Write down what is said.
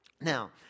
Now